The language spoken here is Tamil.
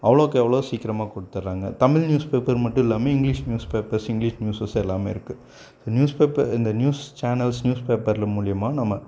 அவ்வ ளோக்கு அவ்வளோ சீக்கிரமாக கொடுத்துட்றாங்க தமிழ் நியூஸ் பேப்பர் மட்டும் இல்லாமல் English newspapers English newses எல்லாமே இருக்கு நியூஸ் பேப்ப இந்த நியூஸ் சேனல்ஸ் நியூஸ் பேப்பரில் மூலிமா நம்ம